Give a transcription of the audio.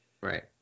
Right